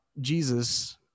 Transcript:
Jesus